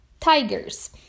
tigers